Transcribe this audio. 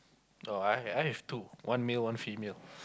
oh I I have two one male one female